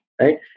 right